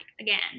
again